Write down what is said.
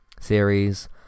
series